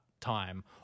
Time